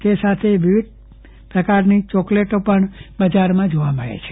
તે સાથે વિવિધ પ્રકારની ચોકલેટ બજારમાં જોવા મળે છે